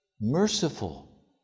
merciful